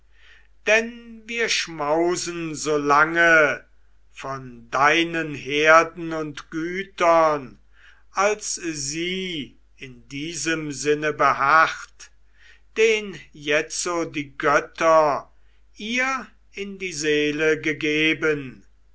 denn wir schmausen so lange von deinen herden und gütern als sie in diesem sinne beharrt den jetzo die götter ihr in die seele gegeben